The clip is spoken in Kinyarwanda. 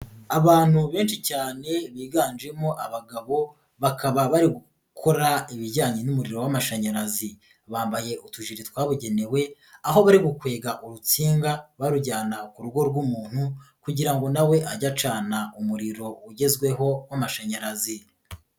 Abantu benshi cyane biganjemo abagabo bakaba bari gukora ibijyanye n'umuriro w'amashanyarazi, bambaye utujiri twabugenewe aho bari gukwega urutsinga barujyana ku rugo rw'umuntu kugira ngo na we ajye acana umuriro ugezweho w'amashanyarazi.